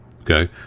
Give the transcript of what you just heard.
Okay